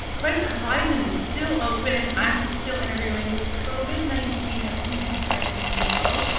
right, the horizon is still open, i'm still interviewing with covid nineteen, everything's been kind of slow.